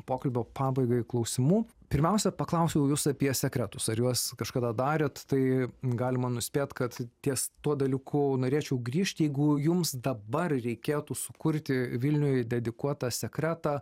pokalbio pabaigai klausimu pirmiausia paklausiau jūs apie sekretus ar juos kažkada darėt tai galima nuspėt kad ties tuo dalyku norėčiau grįžti jeigu jums dabar reikėtų sukurti vilniuj dedikuotą sekretą